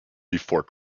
before